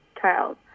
child